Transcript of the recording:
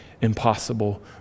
impossible